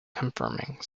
confirming